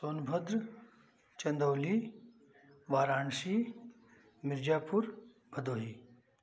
Sonbhadra Chandauli Varanasi Mirzapur Bhadohi